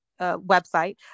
website